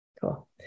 Cool